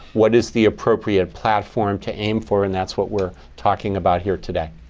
what is the appropriate platform to aim for? and that's what we're talking about here today.